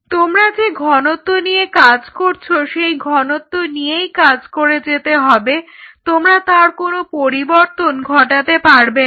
তোমরা যে ঘনত্ব নিয়ে কাজ করছ সেই ঘনত্ব নিয়েই কাজ করে যেতে হবে তোমরা তার কোন পরিবর্তন ঘটাতে পারবে না